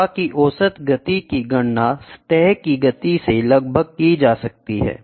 प्रवाह की औसत गति की गणना सतह की गति से लगभग की जा सकती है